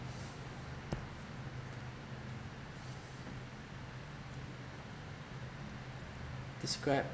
describe